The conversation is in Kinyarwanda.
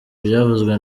byavuzwe